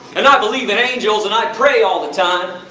and i believe in angels, and i pray all the time.